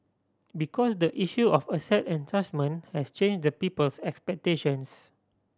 because the issue of asset enhancement has changed the people's expectations